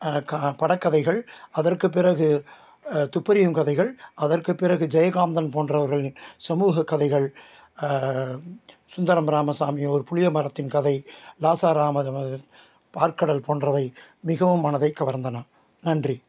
கா படக்கதைகள் அதற்குப் பிறகு துப்பறியும் கதைகள் அதற்குப் பிறகு ஜெயகாந்தன் போன்றவர்களின் சமூக கதைகள் சுந்தரம் இராமசாமி ஒரு புளியமரத்தின் கதை லாச ராமர் பாற்கடல் போன்றவை மிகவும் மனதைக் கவர்ந்தன நன்றி